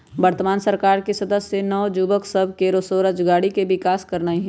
वर्तमान सरकार के उद्देश्य नओ जुबक सभ में स्वरोजगारी के विकास करनाई हई